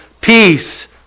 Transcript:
peace